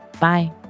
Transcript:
Bye